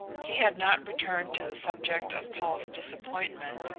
he had not returned to the subject of paul's disappointment,